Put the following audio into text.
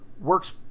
works